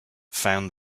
found